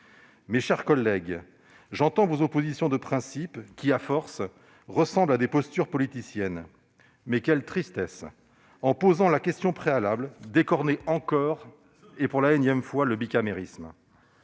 Mes chers collègues, j'entends vos oppositions de principe, qui, à force, ressemblent à des postures politiciennes. Mais quelle tristesse d'écorner encore, et pour la énième fois, le bicamérisme